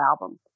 album